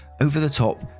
over-the-top